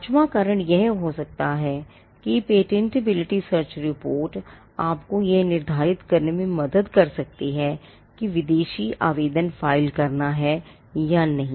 पांचवां कारण यह हो सकता है कि पेटेंटबिलिटी सर्च रिपोर्ट आपको यह निर्धारित करने में मदद कर सकती है कि विदेशी आवेदन फाइल करना है या नहीं